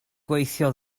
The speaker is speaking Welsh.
gweithio